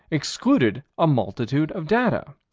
excluded a multitude of data.